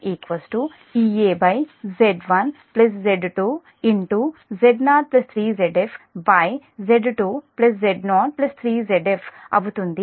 Ia1 Ea Z1 Z2Z03ZfZ2Z03Zf